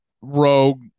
rogue